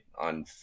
On